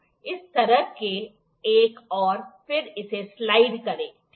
इस तरह एक और फिर इसे स्लाइड करें ठीक है